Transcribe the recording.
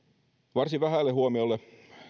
varsin vähälle huomiolle